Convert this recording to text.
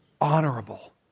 honorable